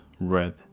red